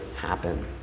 happen